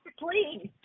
please